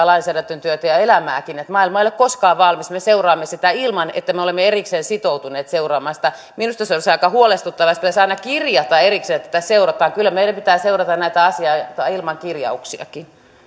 lainsäädäntötyötä ja elämääkin että maailma ei ole koskaan valmis me me seuraamme sitä ilman että me olemme erikseen sitoutuneet seuraamaan sitä minusta olisi aika huolestuttavaa jos pitäisi aina kirjata erikseen että tätä seurataan kyllä meidän pitää seurata näitä asioita ilman kirjauksiakin